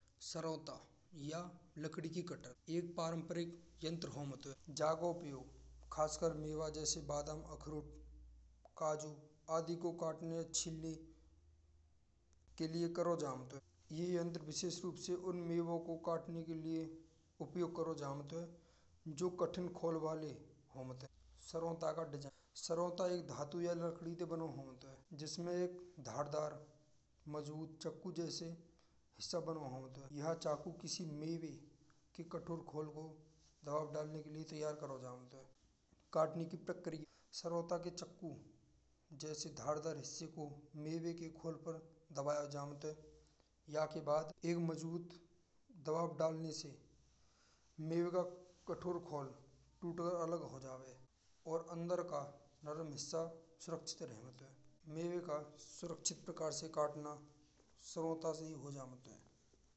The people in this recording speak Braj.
सरोटा या लकड़ी की कतार। एक पारंपरिक यंत्र होवत है। जाको उपयोग खासर मेवा जैसे बादाम अखरोट काजू आदि को काटने छीने लेने के लिए करो जमात है। यह यंत्र विशेष रूप से उन मेवों को काटने के लिए उपयोग करो जमात जो कठिन खोल वाले होत हैं। सरोटा का वजन: सरोटा एक धातु या लकड़ी से बने होते हैं। जिसमें एक धारदार मजबूत चाकू जैसे हिस्सा बँध होवत हैं। या चाकू की किसी मेवे भी कठोर खोल को दबा डालने के लिए तैयार करो जात हैं। काटने की प्रक्रिया: श्रोता के चाकू जैसे धारदार हिस्से को मेवे के खोल पर दबयो जात है। यह के बाद एक मजबूत दबाव डालने से मेवे का कठोर खोल टुटा है अलग हो जावे। और अंदर का नरम हिस्सा सुरक्षित रहमत है। मेवे का सुरक्षित तरह से कटना सरोटा से ही हो जात है।